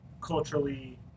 culturally